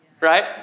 right